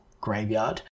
graveyard